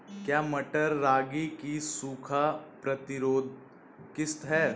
क्या मटर रागी की सूखा प्रतिरोध किश्त है?